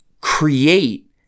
create